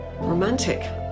Romantic